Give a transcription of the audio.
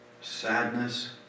sadness